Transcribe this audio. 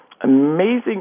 amazing